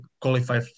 qualify